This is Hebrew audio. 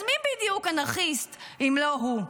אז מי בדיוק אנרכיסט, אם לא הוא?